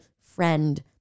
friend